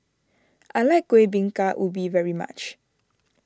I like Kuih Bingka Ubi very much